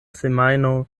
semajno